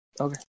okay